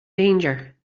danger